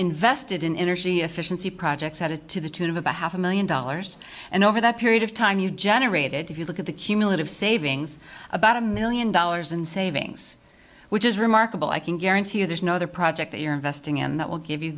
invested in energy efficiency projects that is to the tune of about half a million dollars and over that period of time you've generated if you look at the cumulative savings about a million dollars in savings which is remarkable i can guarantee you there's no other project that you're investing in that will give you